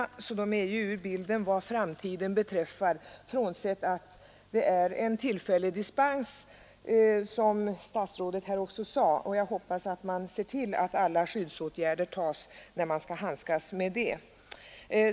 De är i de sydliga landur bilden vad framtiden beträffar, frånsett att en tillfällig dispens meddelas, vilket statsrådet också nämnde. Jag hoppas man ser till att alla skyddsåtgärder vidtas när man skall handskas med DDT.